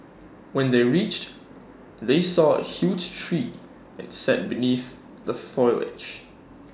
when they reached they saw A huge tree and sat beneath the foliage